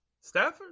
Stafford